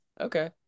Okay